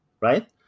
right